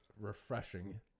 refreshing